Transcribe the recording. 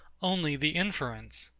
only the inference.